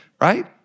right